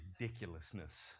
ridiculousness